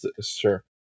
sure